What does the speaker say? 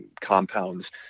compounds